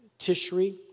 Tishri